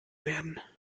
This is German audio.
werden